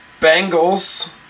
Bengals